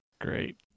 Great